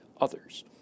others